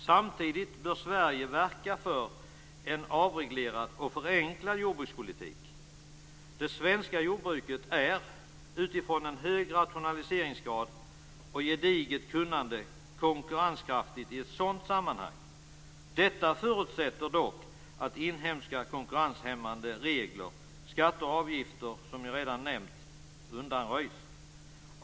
Samtidigt bör Sverige verka för en avreglerad och förenklad jordbrukspolitik. Det svenska jordbruket är utifrån en hög rationaliseringsgrad och gediget kunnande konkurrenskraftigt i ett sådant sammanhang. Detta förutsätter dock att inhemska konkurrenshämmande regler - jag har redan nämnt skatter och avgifter - undanröjs.